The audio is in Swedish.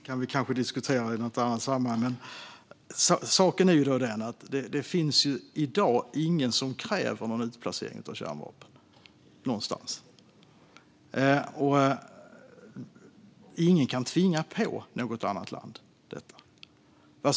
Herr talman! Detta kanske vi kan diskutera i ett annat sammanhang. Men saken är att det finns ingen som i dag kräver någon utplacering av kärnvapen någonstans. Ingen kan tvinga på något annat land detta.